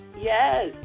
Yes